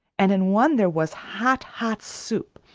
and in one there was hot, hot soup,